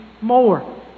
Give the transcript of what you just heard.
more